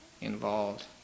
involved